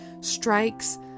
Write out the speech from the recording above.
strikes